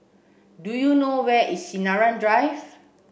do you know where is Sinaran Drive